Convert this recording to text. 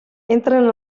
entren